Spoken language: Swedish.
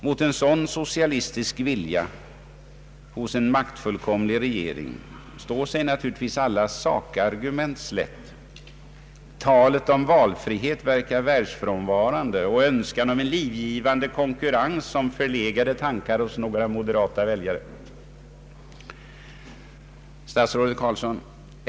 Mot en sådan socialistisk vilja hos en maktfullkomlig regering står sig naturligtvis alla sakargument slätt. Talet om valfrihet verkar världsfrånvarande och önskan om en livgivande konkurrens som förlegade tankar hos moderata väljare. Statsrådet Carlsson!